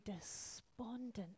despondent